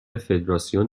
فدراسیون